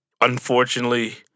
unfortunately